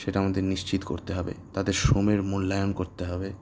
সেটা আমাদের নিশ্চিত করতে হবে তাদের শ্রমের মূল্যায়ন করতে হবে